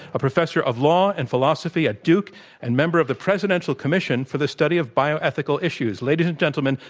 a professor of law and philosophy at duke and member of the presidential commission for the study of bioethical issues. ladies and gentlemen,